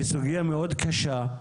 מאוד קשה,